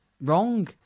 wrong